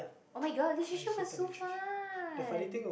oh-my-god literature was so fun